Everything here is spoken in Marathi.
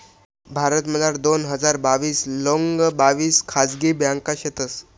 भारतमझार दोन हजार बाविस लोंग बाविस खाजगी ब्यांका शेतंस